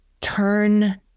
turn